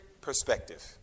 perspective